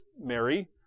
Mary